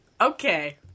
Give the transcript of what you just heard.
okay